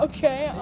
Okay